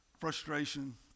frustration